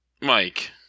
Mike